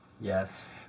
Yes